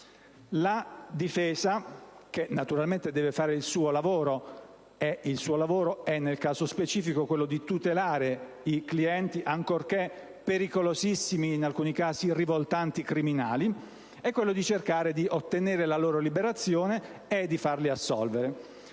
La difesa naturalmente deve fare il suo lavoro, e il suo lavoro è, nel caso specifico, quello di tutelare i clienti, ancorché pericolosissimi e in alcuni casi rivoltanti criminali, di cercare di ottenere la loro liberazione e di farli assolvere.